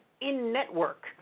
in-network